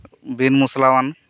ᱵᱤᱱ ᱢᱚᱥᱞᱟᱣᱟᱱ